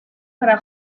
para